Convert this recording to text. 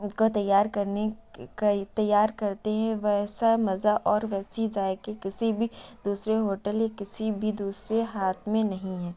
کا تیار کرنے تیار کرتے ہیں ویسا مزہ اور ویسی ذائقے کسی بھی دوسرے ہوٹل یا کسی بھی دوسرے ہاتھ میں نہیں ہیں